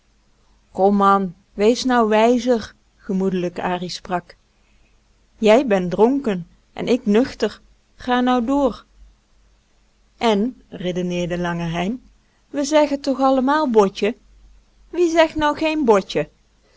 man wees nou wijzer gemoedelijk an sprak jij ben dronken en ik nuchter ga nou door en redeneerde lange hein we zeggen toch allemaal botje wie zegt nou geen botje